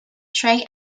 trey